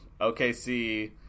OKC